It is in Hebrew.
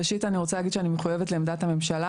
ראשית, אני רוצה להגיד שאני מחויבת לעמדת הממשלה.